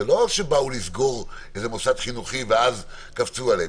זה לא שבאו לסגור איזה מוסד חינוכי ואז קפצו עליהם.